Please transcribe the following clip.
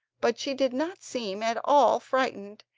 but she did not seem at all frightened,